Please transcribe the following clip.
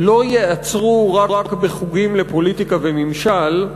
לא ייעצרו רק בחוגים לפוליטיקה וממשל,